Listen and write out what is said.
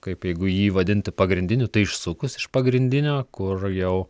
kaip jeigu jį vadinti pagrindiniu tai išsukus iš pagrindinio kur jau